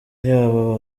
y’abo